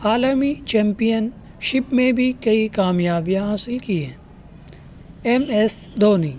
عالمی championship میں بھی کئی کامیابیاں حاصل کی ہیں ایم ایس دھونی